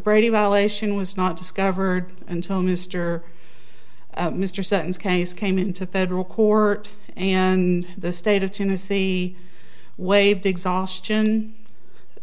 brady violation was not discovered until mr mr sentance case came into federal court and the state of tennessee waived exhaustion